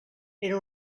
era